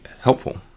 helpful